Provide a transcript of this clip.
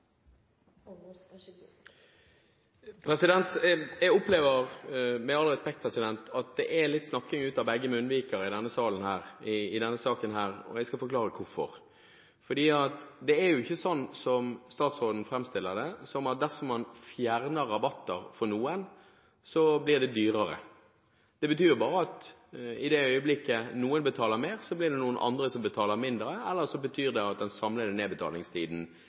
i statsbudsjettet. Så det er en vinn-vinn-situasjon for bilistene og skattebetalerne. Jeg opplever, med all respekt, at det er litt snakking ut av begge munnviker i denne saken, og jeg skal forklare hvorfor. Det er ikke sånn som statsråden framstiller det, at dersom man fjerner rabatter for noen, blir det billigere. Det betyr bare at i det øyeblikket noen betaler mer, blir det noen andre som betaler mindre, eller så betyr det at den samlede nedbetalingstiden